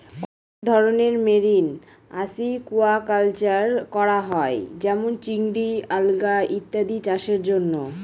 অনেক ধরনের marine aquaculture করা হয় যেমন চিংড়ি, আলগা ইত্যাদি চাষের জন্য